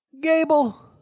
Gable